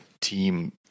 team